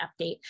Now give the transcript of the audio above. update